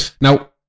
now